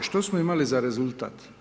Što smo imali za rezultat?